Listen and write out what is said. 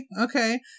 okay